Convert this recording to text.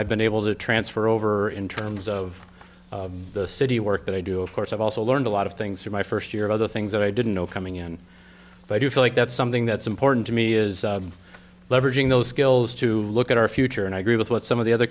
i've been able to transfer over in terms of the city work that i do of course i've also learned a lot of things through my first year other things that i didn't know coming in if i do feel like that's something that's important to me is leveraging those skills to look at our future and i agree with what some of the other